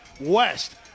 west